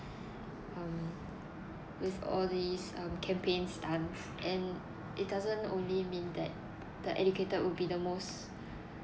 um with all these um campaigns stunts and it doesn't only mean that the educated would be the most